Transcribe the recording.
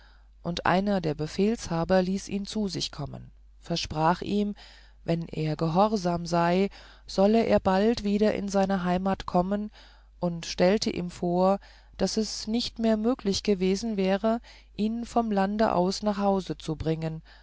und einer der befehlshaber ließ ihn zu sich kommen versprach ihm wenn er gehorsam sei solle er bald wieder in seine heimat kommen und stellte ihm vor daß es nicht mehr möglich gewesen wäre ihn vom land aus nach hause zu bringen